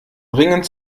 dringend